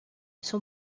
son